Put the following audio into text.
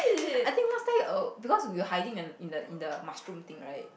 I think last time err because we were hiding in in the in the mushroom thing right